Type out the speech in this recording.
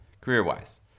career-wise